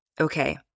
okay